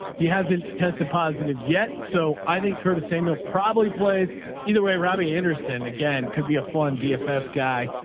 he hasn't tested positive yet. so i think curtis samuel probably plays either way. robbie anderson again could be a fun dfs guy.